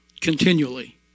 continually